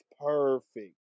perfect